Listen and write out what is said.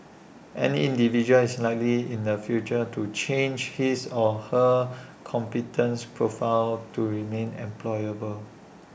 any individual is likely in the future to change his or her competence profile to remain employable